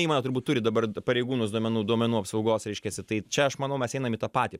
įmonė turbūt turi dabar pareigūnus duomenų duomenų apsaugos reiškiasi tai čia aš manau mes einam į tą patį